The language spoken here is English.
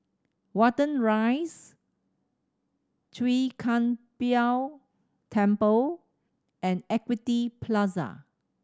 Watten Rise Chwee Kang Beo Temple and Equity Plaza